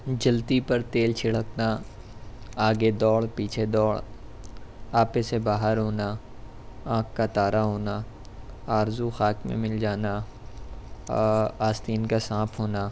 جلتی پر تیل چھڑکنا آگے دوڑ پیچھے دوڑ آپے سے باہر ہونا آنکھ کا تارہ ہونا آرزو خاک میں مل جانا آستین کا سانپ ہونا